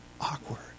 Awkward